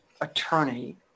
attorney